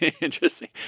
interesting